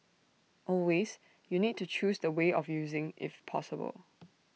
always you need to choose the way of using if possible